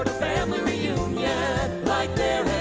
family reunion like there